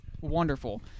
wonderful